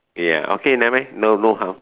ya okay never mind don't know how